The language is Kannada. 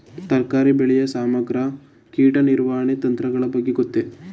ತರಕಾರಿ ಬೆಳೆಯ ಸಮಗ್ರ ಕೀಟ ನಿರ್ವಹಣಾ ತಂತ್ರಗಳ ಬಗ್ಗೆ ಗೊತ್ತೇ?